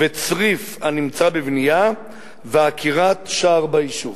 וצריף הנמצא בבנייה ועקירת שער ביישוב.